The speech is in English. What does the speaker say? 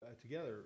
together